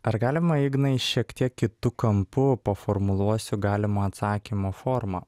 ar galima ignai šiek tiek kitu kampu paformuluosiu galimą atsakymo formą